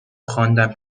خواندن